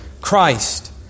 Christ